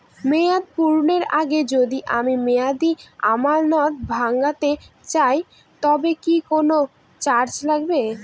মেয়াদ পূর্ণের আগে যদি আমি মেয়াদি আমানত ভাঙাতে চাই তবে কি কোন চার্জ লাগবে?